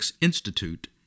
Institute